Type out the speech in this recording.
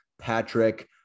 Patrick